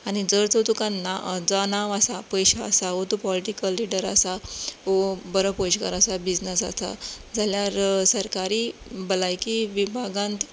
आनी जर तर तुका नांव जर नांव आसा पयशे आसा पॉलिटीकल लीडर आसा वा बरो पयशेकार आसा बिजनस आसा जाल्यार सरकारी भलायकी विभागांत